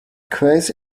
crazy